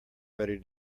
ready